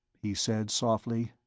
he said softly,